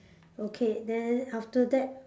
okay then after that